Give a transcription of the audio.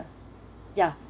ya